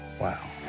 wow